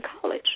college